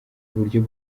uburyo